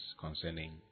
concerning